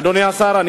אדוני השר,